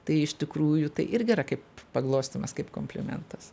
tai iš tikrųjų tai gi yra kaip paglostymas kaip komplimentas